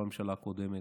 זו לא הממשלה הקודמת.